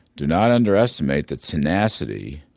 do not underestimate the tenacity